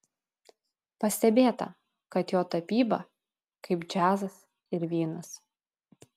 pastebėta kad jo tapyba kaip džiazas ir vynas